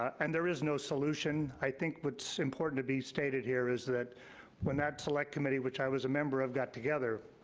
and there is no solution. i think what's important to be stated here is that when that select committee, which i was a member of, got together,